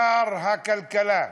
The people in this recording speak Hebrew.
שר הכלכלה,